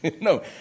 No